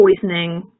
poisoning